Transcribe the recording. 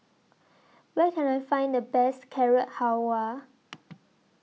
Where Can I Find The Best Carrot Halwa